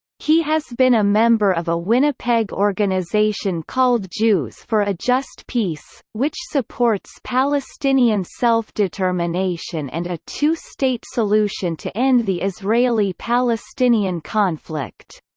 he has been a member of a winnipeg organization called jews for a just peace, which supports palestinian self-determination and a two-state solution to end the israeli-palestinian conflict.